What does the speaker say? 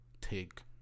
Take